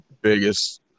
Biggest